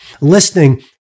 Listening